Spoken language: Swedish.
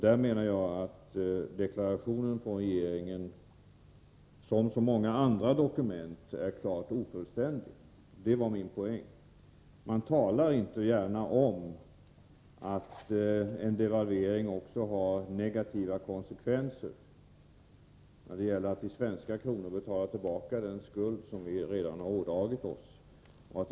Där menar jag att regeringsdeklarationen, som så många andra dokument, är klart ofullständig. Det var min poäng. Man talar inte gärna om att en devalvering också har negativa konsekvenser, när det gäller att i svenska kronor betala den skuld som vi redan har ådragit oss bl.a.